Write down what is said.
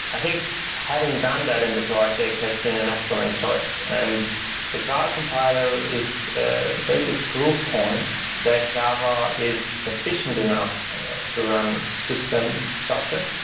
i think having done that in the project has been an excellent choice, and the graal compiler is a very good proof point that java is efficient enough to run system software.